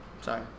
sorry